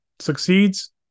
succeeds